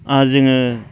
जोङो